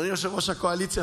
אדוני יושב-ראש הקואליציה,